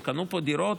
הם קנו פה דירות,